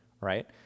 right